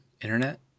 internet